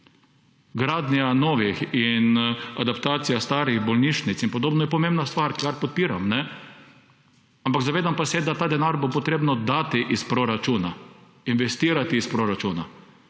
gradnja novih in adaptacija starih bolnišnic in podobno –, je pomembna stvar, kar podpiram, ampak zavedam pa se, da ta denar bo potrebno dati iz proračuna, investirati iz proračuna.